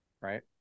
right